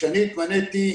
כשאני התמניתי,